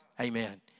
Amen